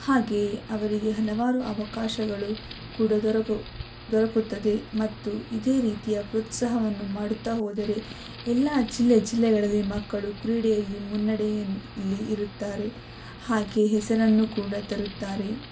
ಹಾಗೆಯೇ ಅವರಿಗೆ ಹಲವಾರು ಅವಕಾಶಗಳು ಕೂಡ ದೊರಕು ದೊರಕುತ್ತದೆ ಮತ್ತು ಇದೇ ರೀತಿಯ ಪ್ರೋತ್ಸಾಹವನ್ನು ಮಾಡುತ್ತಾ ಹೋದರೆ ಎಲ್ಲ ಜಿಲ್ಲೆ ಜಿಲ್ಲೆಗಳಲ್ಲಿ ಮಕ್ಕಳು ಕ್ರೀಡೆಯಲ್ಲಿ ಮುನ್ನಡೆಯನ್ನ ಲಿ ಇರುತ್ತಾರೆ ಹಾಗೇ ಹೆಸರನ್ನು ಕೂಡ ತರುತ್ತಾರೆ